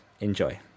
Enjoy